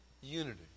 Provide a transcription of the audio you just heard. unity